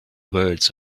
words